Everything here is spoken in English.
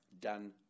done